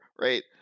right